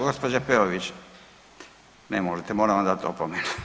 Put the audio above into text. Gospođa Peović, ne možete moram vam dati opomenu.